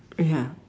ya